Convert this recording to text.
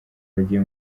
bagiye